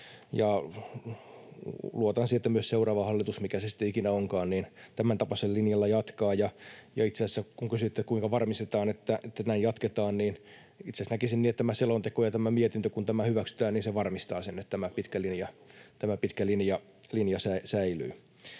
luotan siihen, että myös seuraava hallitus — mikä se sitten ikinä onkaan — tämäntapaisella linjalla jatkaa. Ja kun kysyitte, kuinka varmistetaan, että näin jatketaan, niin itse asiassa näkisin niin, että kun tämä selonteko ja tämä mietintö hyväksytään, niin se varmistaa sen, että tämä pitkä linja säilyy.